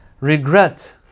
regret